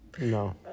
No